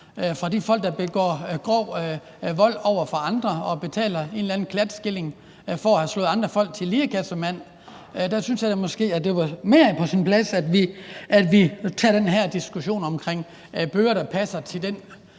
for de folk, der begår grov vold mod andre og betaler en eller anden klatskilling, f.eks. for at have slået andre folk til lirekassemænd. Der synes jeg da måske, det var mere på sin plads, at vi tog den her diskussion omkring bøder, der passer til den